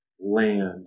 land